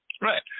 right